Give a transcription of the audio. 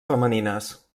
femenines